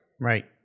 Right